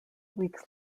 weeks